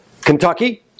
Kentucky